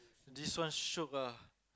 this one shiok ah